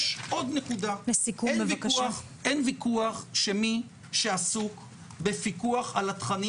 יש עוד נקודה: אין ויכוח שמי שעסוק בפיקוח על התכנים